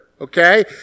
okay